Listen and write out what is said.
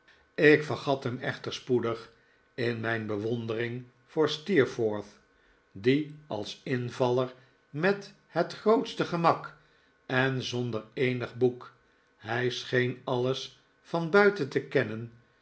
ik vergat hem echter spoedig in mijn bewondering voor steerforth die als invaller met het grootste gemak en zonder eenig boek hij scheen alles van buiten te kennen